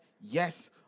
yes